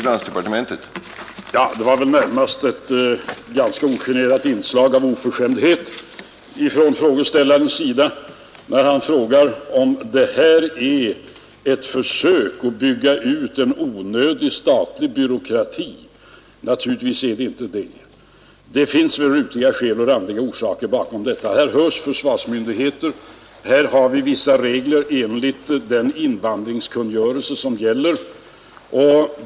Herr talman! Det var väl närmast ett ganska ogenerat inslag av oförskämdhet ifrån frågeställaren när han frågar, om det här är ett försök att stimulera en onödig statlig byråkrati. Naturligtvis är det inte det. Det finns väl rutiga skäl och randiga orsaker bakom detta. Här hörs försvarsmyndigheter, och här har vi vissa regler enligt den invandringskungörelse som gäller.